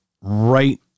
right